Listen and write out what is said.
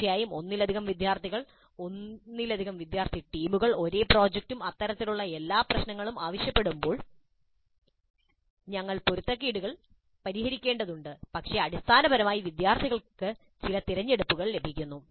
തീർച്ചയായും ഒന്നിലധികം വിദ്യാർത്ഥികൾ ഒന്നിലധികം വിദ്യാർത്ഥി ടീമുകൾ ഒരേ പ്രോജക്റ്റും അത്തരത്തിലുള്ള എല്ലാ പ്രശ്നങ്ങളും ആവശ്യപ്പെടുമ്പോൾ ഞങ്ങൾ പൊരുത്തക്കേടുകൾ പരിഹരിക്കേണ്ടതുണ്ട് പക്ഷേ അടിസ്ഥാനപരമായി വിദ്യാർത്ഥികൾക്ക് ചില തിരഞ്ഞെടുപ്പുകൾ ലഭിക്കുന്നു